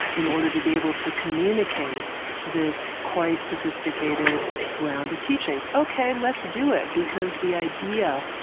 in order to be able to communicate this quite sophisticated round of teachings. ok, let's do it because the idea,